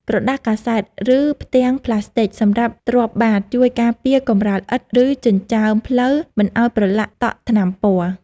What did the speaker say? ក្រដាសកាសែត ឬផ្ទាំងប្លាស្ទិកសម្រាប់ទ្រាប់បាត ជួយការពារកម្រាលឥដ្ឋ ឬចិញ្ចើមផ្លូវមិនឱ្យប្រឡាក់តក់ថ្នាំពណ៌។